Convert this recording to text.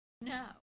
No